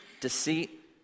deceit